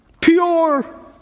pure